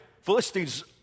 philistines